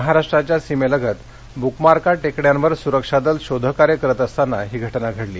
महाराष्ट्राच्या सीमेलगत ब्रुकमारका टेकड्यांवर सुरक्षादल शोधकार्य करत असताना ही घटना घडली